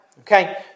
Okay